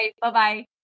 Bye-bye